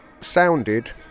sounded